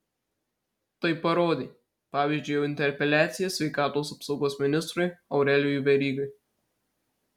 tai parodė pavyzdžiui interpeliacija sveikatos apsaugos ministrui aurelijui verygai